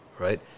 right